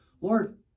Lord